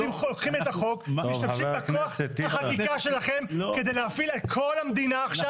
אתם משתמשים בכוח החקיקה שלכם כדי להפעיל על כל המדינה עכשיו